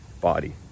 body